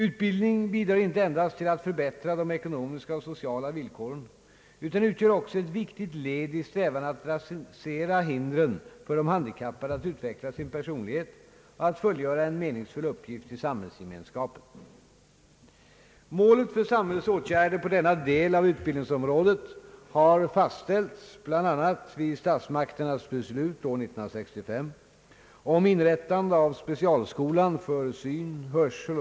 Utbildning bidrar inte endast till att förbättra de ekonomiska och sociala villkoren utan utgör också ett viktigt led i strävan att rasera hindren för de handikappade att utveckla sin personlighet och att fullgöra en meningsfull uppgift i samhällsgemenskapen. Målet för samhällets åtgärder på denna del av utbildningsområdet har fastställts bl.a. vid statsmakternas beslut år 1965 om inrättande av specialskolan för syn-, hörsel.